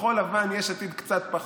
כחול לבן ויש עתיד קצת פחות: